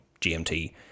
GMT